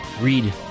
Read